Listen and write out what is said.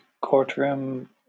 courtroom